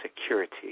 security